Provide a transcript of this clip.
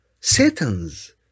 satans